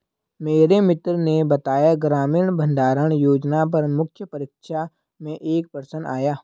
मेरे मित्र ने बताया ग्रामीण भंडारण योजना पर मुख्य परीक्षा में एक प्रश्न आया